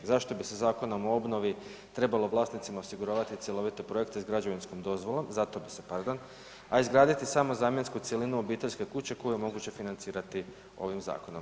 Zašto bi se zakonom o obnovi trebalo vlasnicima osiguravati cjelovite projekte s građevinskom dozvolom … pardon, a izgraditi samo zamjensku cjelinu obiteljske kuće koju je moguće financirati ovim zakonom.